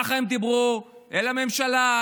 ככה הם דיברו אל הממשלה,